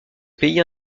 pays